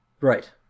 right